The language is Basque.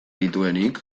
dituenik